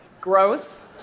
Gross